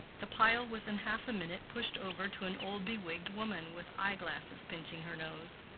the pile was in half a minute pushed over to an old bewigged woman with eye-glasses pinching her nose.